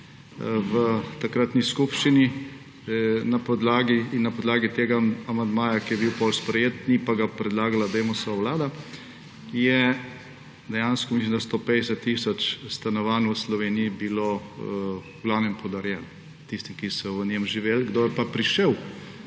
v takratni skupščini in na podlagi tega amandmaja, ki je bil potem sprejet, ni pa ga predlagala Demosova vlada, je dejansko mislim da 150 tisoč stanovanj v Sloveniji bilo v glavnem podarjeno tistim, ki so v njem živeli. Kdo pa je prišel